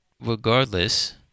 regardless